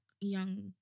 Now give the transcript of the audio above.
young